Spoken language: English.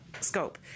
scope